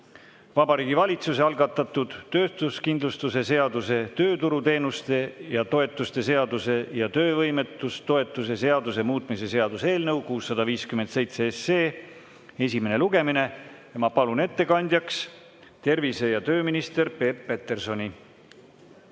Vabariigi Valitsuse algatatud töötuskindlustuse seaduse, tööturuteenuste ja -toetuste seaduse ja töövõimetoetuse seaduse muutmise seaduse eelnõu 657 esimene lugemine. Ma palun ettekandjaks tervise- ja tööminister Peep Petersoni.